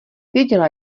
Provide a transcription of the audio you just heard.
věděla